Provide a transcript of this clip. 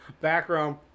Background